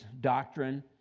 doctrine